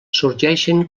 sorgeixen